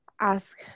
ask